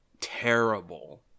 terrible